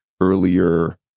earlier